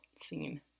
scene